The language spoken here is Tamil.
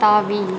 தாவி